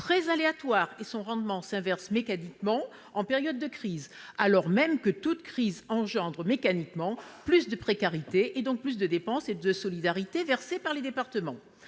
très aléatoire. De plus, son rendement s'inverse mécaniquement en période de crise, alors même que toute crise engendre plus de précarité et donc plus de dépenses de solidarité versées par les départements.